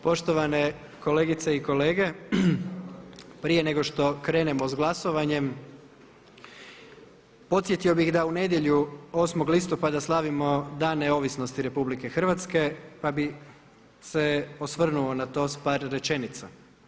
Poštovane kolegice i kolege, prije nego što krenemo s glasovanjem, podsjetio bih da u nedjelju 8. listopada slavimo Dan neovisnosti Republike Hrvatske pa bi se osvrnuo na to s par rečenica.